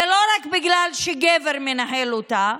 זה לא רק בגלל שגבר מנהל אותה,